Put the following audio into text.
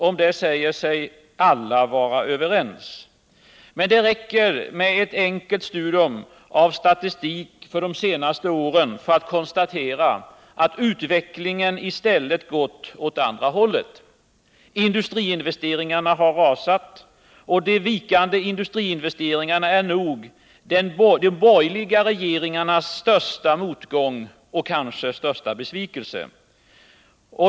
Om det säger sig alla vara överens. Men det räcker med ett enkelt studium av statistik för de senaste åren för att konstatera att utvecklingen i stället gått åt andra hållet. Industriinvesteringarna har rasat. De vikande industriinvesteringarna är nog de borgerliga regeringarnas största motgång och besvikelse.